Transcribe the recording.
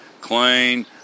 clean